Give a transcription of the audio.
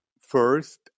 first